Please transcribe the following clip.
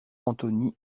anthony